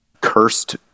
Cursed